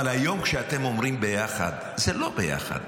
אבל היום כשאתם אומרים ביחד, זה לא ביחד,